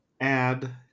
add